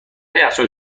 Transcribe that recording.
یخچال